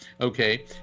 Okay